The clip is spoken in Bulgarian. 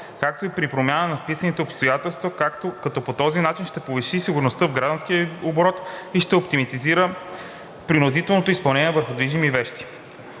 както и при промяна на вписаните обстоятелства, като по този начин ще повиши сигурността в гражданския оборот и ще оптимизира принудителното изпълнение върху движимите вещи.